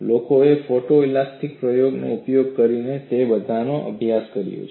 લોકોએ ફોટોઈલાસ્ટિક પ્રયોગોનો ઉપયોગ કરીને તે બધાનો અભ્યાસ કર્યો છે